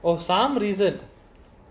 for some reason